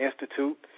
Institute